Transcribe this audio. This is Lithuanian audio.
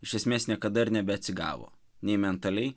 iš esmės niekada ir nebeatsigavo nei mentalei